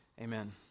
Amen